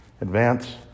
Advance